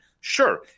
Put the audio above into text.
Sure